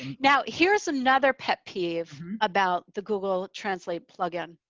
now here's another pet peeve about the google translate plugin.